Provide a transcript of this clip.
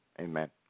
amen